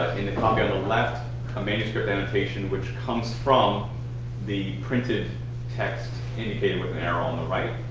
in the copy on the left a manuscript annotation which comes from the printed text indicated with an arrow on the right.